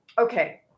Okay